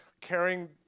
carrying